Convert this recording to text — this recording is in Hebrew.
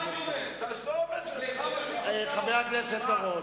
יש פה הרבה מטורפים,